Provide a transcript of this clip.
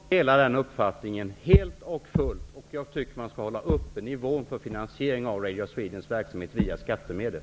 Herr talman! Jag delar den uppfattningen helt och fullt. Jag tycker att man skall hålla uppe nivån på finansieringen av Radio Swedens verksamhet via skattemedel.